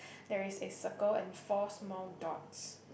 there is a circle and four small dots